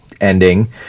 ending